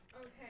Okay